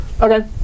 Okay